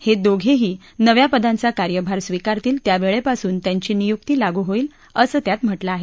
हे दोघेही नव्या पदांचा कार्यभार स्वीकारतील त्यावेळेपासून त्यांची नियुक्ती लागू होईल असं त्यात म्हटलं आहे